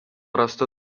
rasta